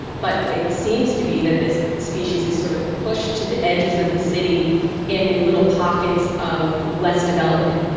but it seems to be that this species is sort of pushed to the edges of the city and in little pockets of less development,